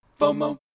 FOMO